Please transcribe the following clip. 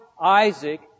Isaac